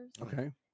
okay